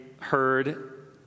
heard